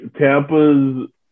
Tampa's